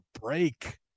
break